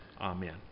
Amen